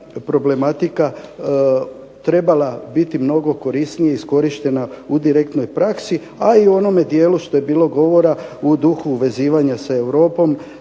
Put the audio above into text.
problematika trebala biti mnogo korisnije iskorištena u direktnoj praksi, a i u onome dijelu što je bilo govora u duh uvezivanja s Europom.